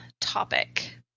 topic